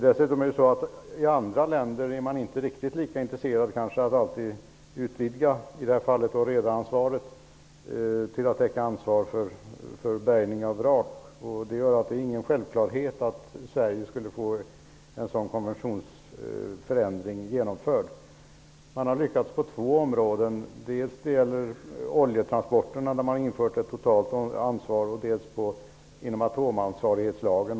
Dessutom är man i andra länder kanske inte lika intresserad av att utvidga redaransvaret till att gälla även bärgning av vrak. Det är ingen självklarhet att Sverige skulle kunna få en sådan konventionsförändring genomförd. Man har lyckats på två områden, dels när det gäller oljetransporter, där det har införts ett strikt ansvar, och dels i fråga om atomansvarighetslagen.